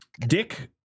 dick